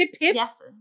Yes